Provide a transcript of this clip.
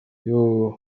yooo